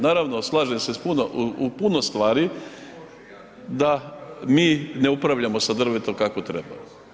Naravno slažem se s puno, u puno stvari da mi ne upravljamo sa drvetom kako treba.